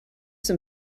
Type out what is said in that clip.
some